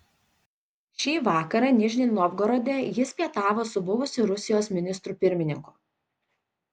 šį vakarą nižnij novgorode jis pietavo su buvusiu rusijos ministru pirmininku